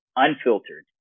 unfiltered